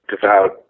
devout